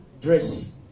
Dress